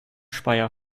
speyer